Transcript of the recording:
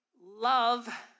love